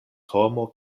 homo